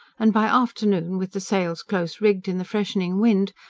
and, by afternoon, with the sails close rigged in the freshening wind,